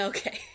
Okay